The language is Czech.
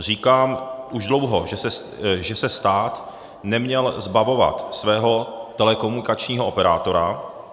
Říkám už dlouho, že se stát neměl zbavovat svého telekomunikačního operátora.